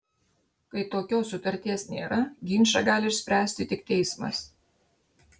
kai tokios sutarties nėra ginčą gali išspręsti tik teismas